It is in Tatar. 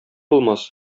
булмас